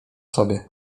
sobie